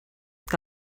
que